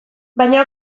baina